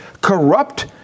corrupt